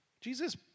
Jesus